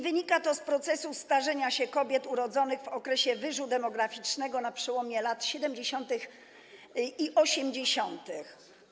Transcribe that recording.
Wynika to z procesu starzenia się kobiet urodzonych w okresie wyżu demograficznego na przełomie lat 70. i 80.